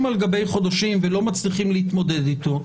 על גבי חודשים ולא מצליחים להתמודד איתו.